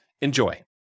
Enjoy